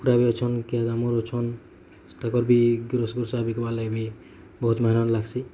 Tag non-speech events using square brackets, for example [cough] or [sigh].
କୁକୁଡ଼ା ବି ଅଛନ୍ ଗେଇ ଦାମୁର ଅଛନ୍ ତାକର ବି [unintelligible] ବିକବାର୍ ଲାଗି ବି ବହୁତ ମେହନତ ଲାଗ୍ସି